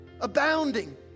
Abounding